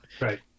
Right